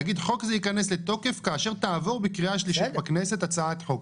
נגיד 'חוק זה ייכנס לתוקף כאשר תעבור בקריאה שלישית בכנסת הצעת חוק'.